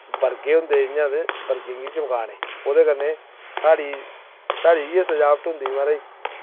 बरगे होंदे इं'या ते बरगे गी चमकाने ओह्दे कन्नै साढ़ी साढ़ी इयै सजावट होंदी म्हाराज